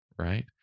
right